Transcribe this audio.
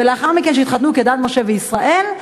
ולאחר מכן כשהתחתנו כדת משה וישראל,